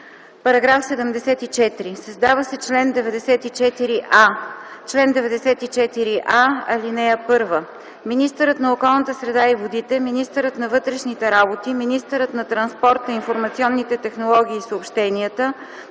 „§ 74. Създава се чл. 94а: „Чл. 94а.(1) Министърът на околната среда и водите, министърът на вътрешните работи, министърът на транспорта, информационните технологии и съобщенията,